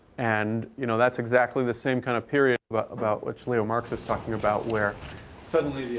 and you know that's exactly the same kind of period about about which leo marx is talking about, where suddenly